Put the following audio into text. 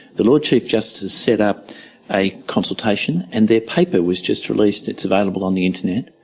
the lord chief justice set up a consultation and their paper was just released. it's available on the internet.